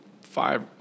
five